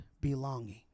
belonging